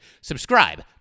Subscribe